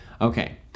Okay